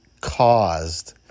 caused